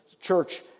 church